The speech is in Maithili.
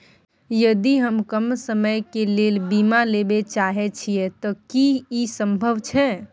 यदि हम कम समय के लेल बीमा लेबे चाहे छिये त की इ संभव छै?